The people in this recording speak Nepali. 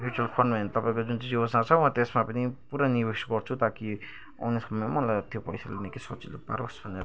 मिउचल फन्ड भन्ने तपाईँको जुन योजना छ म त्यसमा पनि पूरा निवेस गर्छु ताकि आउने समयमा मलाई त्यो पैसाले निकै सजिलो पारोस् भनेर